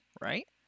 right